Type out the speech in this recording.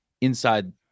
inside